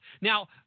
now